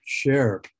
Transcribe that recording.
share